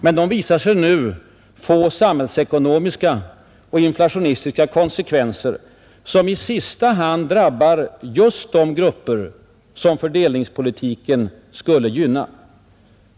Men de visar sig nu få samhällsekonomiska och inflationistiska konsekvenser, som i sista hand drabbar just de grupper fördelningspolitiken skulle gynna.